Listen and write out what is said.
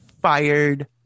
fired